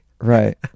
Right